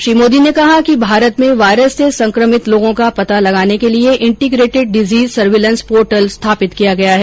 श्री मोदी ने कहा कि भारत में वायरस से संक्रमित लोगों का पता लगाने के लिए इंटीग्रेटिड डिजीज सर्विलेंस पोर्टल स्थापित किया है